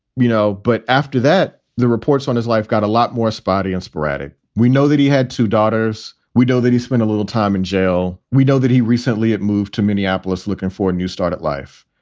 you know, but after that, the reports on his life got a lot more spotty and sporadic. we know that he had two daughters. we know that he spent a little time in jail. we know that he recently moved to minneapolis looking for a new start at life.